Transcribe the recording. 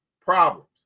problems